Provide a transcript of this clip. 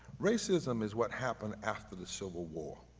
racism is what happened after the civil war.